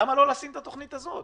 למה לא לשים את התוכנית הזאת?